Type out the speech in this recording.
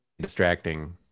Distracting